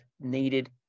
needed